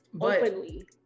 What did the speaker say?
openly